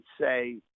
say